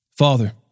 Father